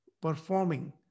performing